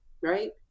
right